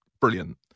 brilliant